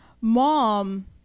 Mom